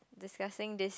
discussing this